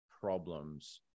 problems